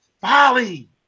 folly